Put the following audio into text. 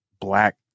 black